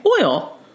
oil